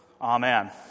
amen